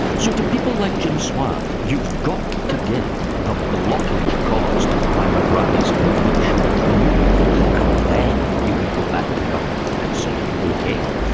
so to people like jim swire you've got to get the blockage caused by megrahi's conviction removed, and then you can go back to government and say ok,